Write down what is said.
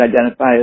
identify